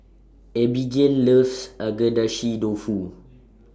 Abbigail loves Agedashi Dofu